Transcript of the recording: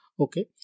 Okay